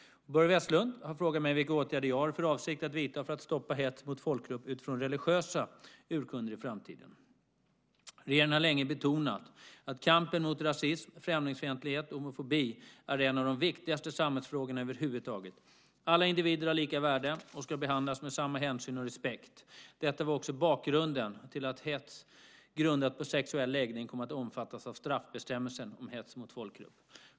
Börje Vestlund har frågat mig vilka åtgärder jag har för avsikt att vidta för att stoppa hets mot folkgrupp utifrån religiösa urkunder i framtiden. Regeringen har länge betonat att kampen mot rasism, främlingsfientlighet och homofobi är en av de viktigaste samhällsfrågorna över huvud taget. Alla individer har lika värde och ska behandlas med samma hänsyn och respekt. Detta var också bakgrunden till att hets grundat på sexuell läggning kom att omfattas av straffbestämmelsen om hets mot folkgrupp.